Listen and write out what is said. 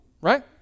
Right